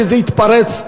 שזה יתפרץ,